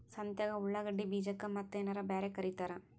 ಸಂತ್ಯಾಗ ಉಳ್ಳಾಗಡ್ಡಿ ಬೀಜಕ್ಕ ಮತ್ತೇನರ ಬ್ಯಾರೆ ಕರಿತಾರ?